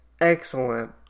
excellent